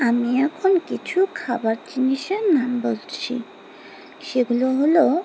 আমি এখন কিছু খাবার জিনিসের নাম বলছি সেগুলো হলো